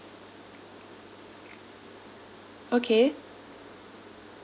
okay